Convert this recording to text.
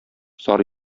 зар